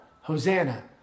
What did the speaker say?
Hosanna